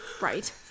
Right